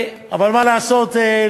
אבל מה לעשות,